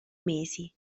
mesi